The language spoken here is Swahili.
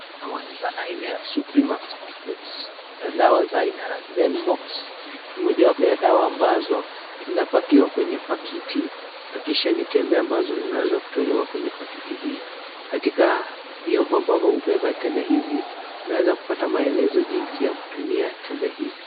Dawa aina za supremax na dawa aina za renimox ni mojawapo ya dawa ambazo zinapakiwa kwenye paketi na kisha ni tembe ambazo zinaweza kutolewa kwenye paketi hii katika vyombo ambavyo hubeba tembe hizi tunaweza kupata maelezo jinsi ya kutumia tembe hizi.